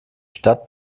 stadt